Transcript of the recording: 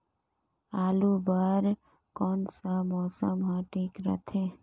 आलू बार कौन सा मौसम ह ठीक रथे?